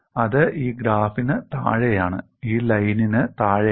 അത് ഈ ഗ്രാഫിന് താഴെയാണ് ഈ ലൈനിന് താഴെയാണ്